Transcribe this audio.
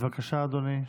בבקשה, אדוני.